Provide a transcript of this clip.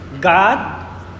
God